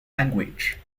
language